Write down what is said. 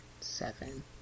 Seven